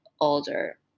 older